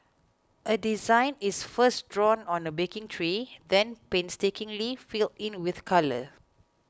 a design is first drawn on a baking tray then painstakingly filled in with colour